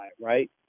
right